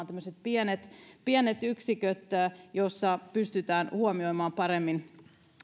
tämmöiset pienet pienet yksiköt joissa pystytään huomioimaan paremmin